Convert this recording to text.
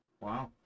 Wow